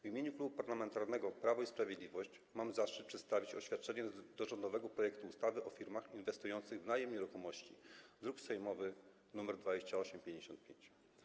W imieniu Klubu Parlamentarnego Prawo i Sprawiedliwość mam zaszczyt przedstawić oświadczenie dotyczące rządowego projektu ustawy o firmach inwestujących w najem nieruchomości, druk sejmowy nr 2855.